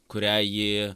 kurią ji